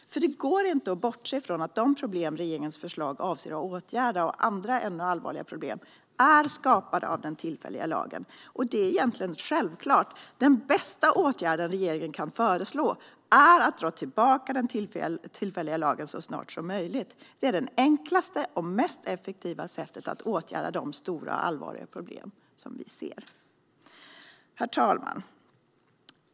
Det går nämligen inte att bortse från att de problem, och andra ännu allvarligare problem, som regeringens förslag avser att åtgärda är skapade av den tillfälliga lagen. Det är egentligen självklart. Den bästa åtgärden som regeringen kan föreslå är att den tillfälliga lagen dras tillbaka så snart som möjligt. Det är det enklaste och mest effektiva sättet att åtgärda de stora och allvarliga problem som vi ser. Herr talman!